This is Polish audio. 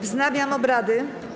Wznawiam obrady.